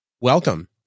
Welcome